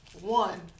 one